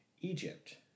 Egypt